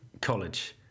college